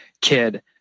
kid